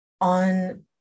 on